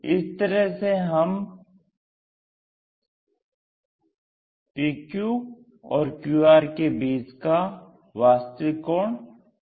इस तरह से हम पक और कर के बीच का वास्तविक कोण बनाते हैं